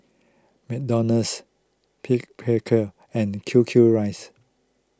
McDonald's pick Picard and Q Q rice